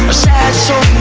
ah sad